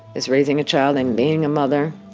is raising a child and being a mother.